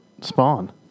spawn